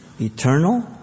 eternal